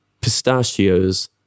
pistachios